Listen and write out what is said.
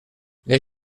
les